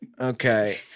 Okay